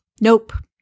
Nope